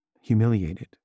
humiliated